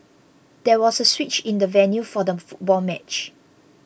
there was a switch in the venue for the football match